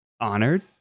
honored